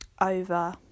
over